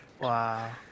wow